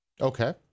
Okay